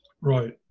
right